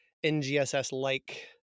NGSS-like